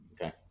okay